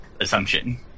assumption